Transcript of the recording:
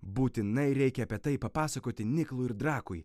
būtinai reikia apie tai papasakoti niklui ir drakui